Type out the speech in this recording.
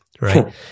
right